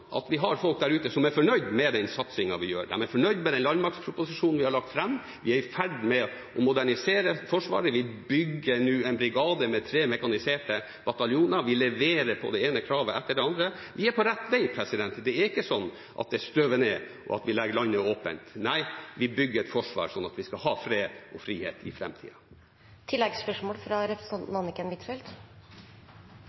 at vi har folk der ute som er fornøyd med den satsingen vi gjør, de er fornøyd med den landmaktproposisjonen vi har lagt fram. Vi er i ferd med å modernisere Forsvaret. Vi bygger nå en brigade med tre mekaniserte bataljoner. Vi leverer på det ene kravet etter det andre. Vi er på rett vei. Det ikke er sånn at det støver ned, og at vi legger landet åpent. Nei, vi bygger et forsvar sånn at vi skal ha fred og frihet i